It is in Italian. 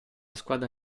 squadra